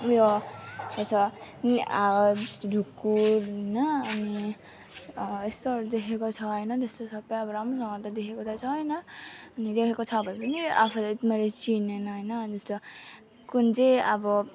उयो छ ढुकुर होइन अनि यस्तोहरू देखेको छ होइन त्यस्तो सबै अब राम्रोसँग त देखेको त छैन अनि देखेको छ भने पनि आफूले मैले चिनिनँ होइन जस्तो कुन चाहिँ अब